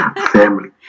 family